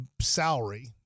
salary